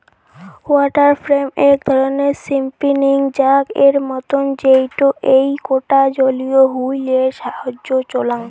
water frame এক ধরণের spinning jack এর মতন যেইটো এইকটা জলীয় হুইল এর সাহায্যে চলাং